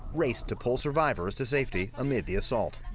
raced to pull survivors to safety amid the assault.